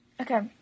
Okay